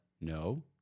no